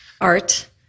art